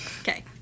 Okay